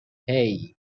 hey